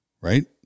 right